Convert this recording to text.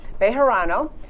Bejarano